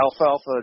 alfalfa